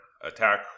attack